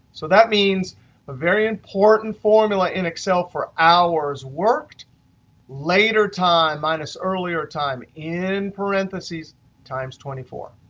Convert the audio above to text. so that means a very important formula in excel for hours worked later time minus earlier time in parentheses times twenty four.